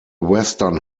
western